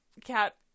cat